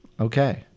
Okay